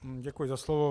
Děkuji za slovo.